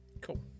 cool